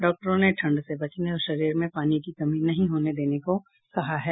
डॉक्टरों ने ठंड से बचने और शरीर में पानी की कमी नहीं होने देने को कहा है